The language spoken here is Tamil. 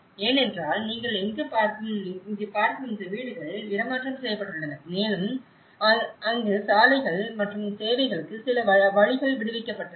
ஏனென்றால் நீங்கள் எங்கு பார்க்கும் இந்த வீடுகள் இடமாற்றம் செய்யப்பட்டுள்ளன மேலும் அங்கு சாலைகள் மற்றும் சேவைகளுக்கு சில வழிகள் விடுவிக்கப்பட்டது